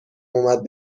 اومد